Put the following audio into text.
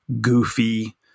goofy